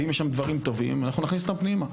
ואם יש שם דברים טובים אנחנו נכניס אותם פנימה,